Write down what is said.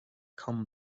come